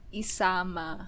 isama